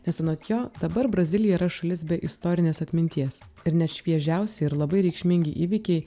nes anot jo dabar brazilija yra šalis be istorinės atminties ir net šviežiausi ir labai reikšmingi įvykiai